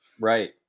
Right